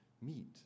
meet